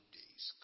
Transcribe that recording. days